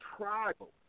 tribal